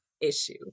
issue